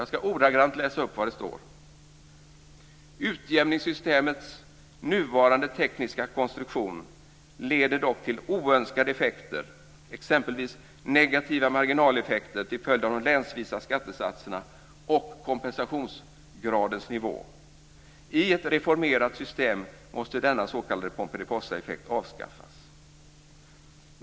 Jag ska ordagrant läsa upp vad som står: "Utjämningssystemets nuvarande tekniska konstruktion leder dock till oönskade effekter, exempelvis negativa marginaleffekter till följd av de länsvisa skattesatserna och kompensationsgradens nivå. I ett reformerat system måste denna s.k. pomperipossaeffekt avskaffas -."